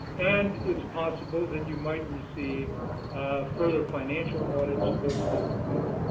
and it's possible that you might receive further financial audits or those kinds of things.